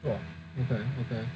!wah! okay